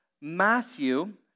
Matthew